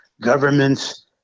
governments